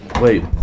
Wait